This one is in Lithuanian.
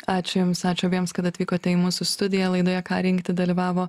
ačiū jums ačiū abiems kad atvykote į mūsų studiją laidoje ką rinkti dalyvavo